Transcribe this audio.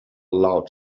loud